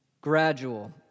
gradual